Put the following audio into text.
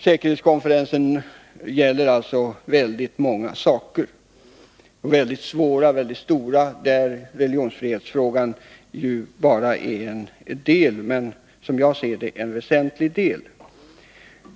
Säkerhetskonferensen gäller alltså många stora och svåra saker. Religionsfrihetsfrågan är bara en del, men — som jag ser det — en väsentlig del.